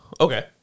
okay